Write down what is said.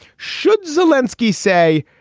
should zelinsky say,